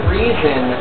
reason